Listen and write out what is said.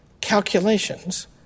calculations